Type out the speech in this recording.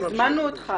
הזמנו אותך